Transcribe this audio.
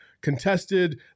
contested